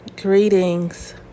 Greetings